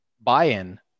buy-in